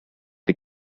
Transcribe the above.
the